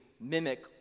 mimic